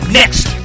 next